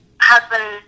husband